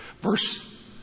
Verse